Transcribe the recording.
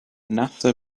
nasa